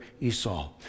Esau